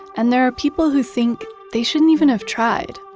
and there are people who think they shouldn't even have tried,